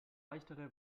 leichtere